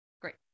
Great